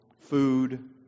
food